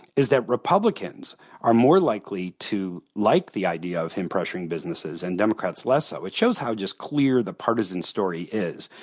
is that republicans are more likely to like the idea of him pressuring businesses, and democrats less so. it shows how just clear the partisan story is.